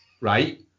right